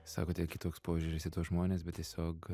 sakote kitoks požiūris į tuos žmones bet tiesiog